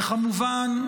וכמובן,